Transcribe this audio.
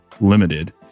limited